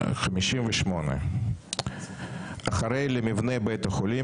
הסתייגות מספר 59. הסתייגות מספר 59. במקום "כולו או חלקו"